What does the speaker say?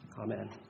Amen